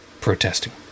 protesting